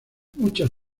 muchas